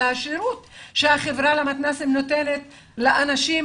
אלא השירות שהחברה למתנ"סים נותנת לאנשים,